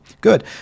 good